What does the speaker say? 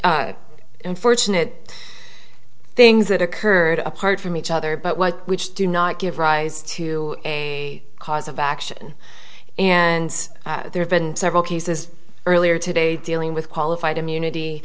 it unfortunate things that occurred apart from each other but what we do not give rise to a cause of action and there have been several cases earlier today dealing with qualified immunity